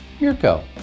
Mirko